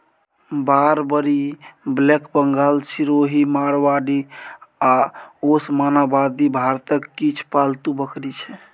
Barbari, black Bengal, Sirohi, Marwari आ ओसमानाबादी भारतक किछ पालतु बकरी छै